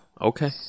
Okay